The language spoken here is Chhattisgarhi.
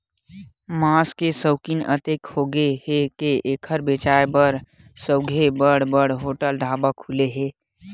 मांस के सउकिन अतेक होगे हे के एखर बेचाए बर सउघे बड़ बड़ होटल, ढाबा खुले हे